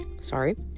Sorry